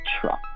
truck